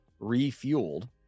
refueled